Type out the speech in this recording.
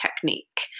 technique